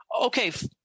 Okay